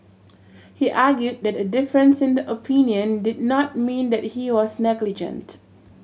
he argued that a difference in the opinion did not mean that he was negligent